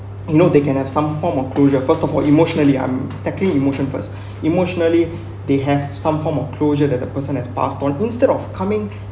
you know they can have some form of closure first of emotionally I'm tackling emotion first emotionally they have some form of closure that the person has passed on instead of coming